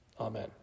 Amen